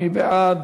מי בעד?